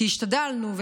כי השתדלנו,